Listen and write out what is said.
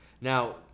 Now